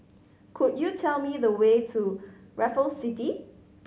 could you tell me the way to Raffles City